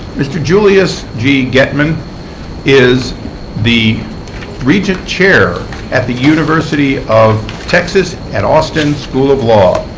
mr. julius g. getman is the regent chair at the university of texas at austin school of law.